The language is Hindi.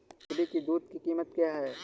बकरी की दूध की कीमत क्या है?